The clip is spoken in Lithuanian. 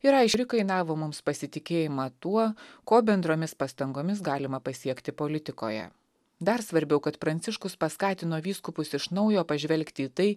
kainavo mums pasitikėjimą tuo ko bendromis pastangomis galima pasiekti politikoje dar svarbiau kad pranciškus paskatino vyskupus iš naujo pažvelgti į tai